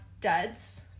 duds